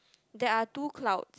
there are two clouds